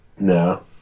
No